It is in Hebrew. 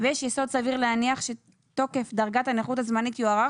ויש יסוד סביר להניח שתוקף דרגת הנכות הזמנית יוארך,